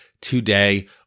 today